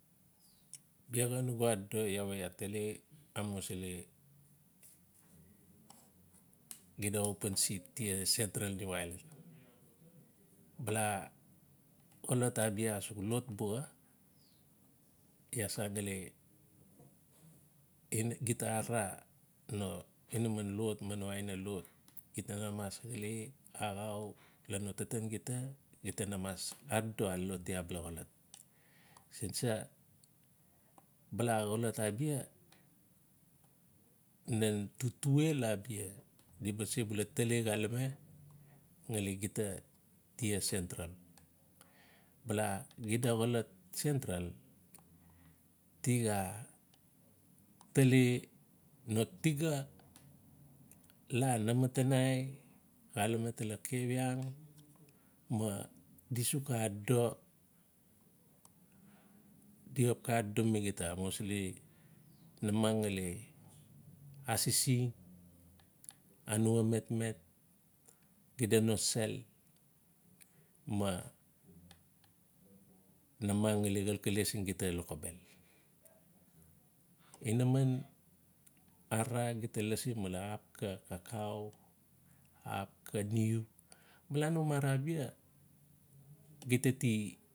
Bia xa nugu adodo iaa tali amusili xida open seat tia sentral niu ailan. Bala xolot abia asuk lot buxa. Iaa sangali ina gita arara no inaman lot mana no aina lot gita na mas xaleaxan ian no tatan gita. gita na mas adodo aloti abala xolot. Siin sa. bala xolot abia nan tutuel atia ;di ba sebula tali xalame ngali gita tia sentral. Bala xida xolot sentral tixa tali no tiga la namatanai xalame tala kavieng ma di suk xa adodo di xap xa adodomi gita. amusili namang ngali asising anua metmet xida no sel ma namang ngali xalkalesiin gita lokobel. Inaman arara gita lasi male axap xa kakao. axap xa niu. bala no mara abia gita ti.